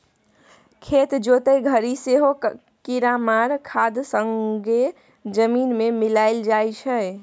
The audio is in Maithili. खेत जोतय घरी सेहो कीरामार खाद संगे जमीन मे मिलाएल जाइ छै